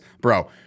bro